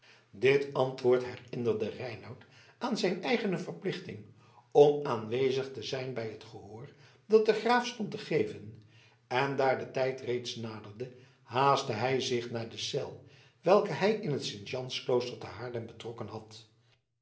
dit antwoord herinnerde reinout aan zijn eigene verplichting om aanwezig te zijn bij het gehoor dat de graaf stond te geven en daar de tijd reeds naderde haastte hij zich naar de cel welke hij in het sint jans klooster te haarlem betrokken had